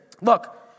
Look